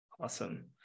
Awesome